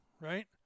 right